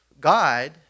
God